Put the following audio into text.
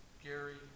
Gary